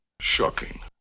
Shocking